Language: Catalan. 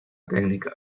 tècnica